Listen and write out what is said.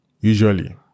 Usually